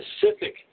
specific